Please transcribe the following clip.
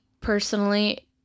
personally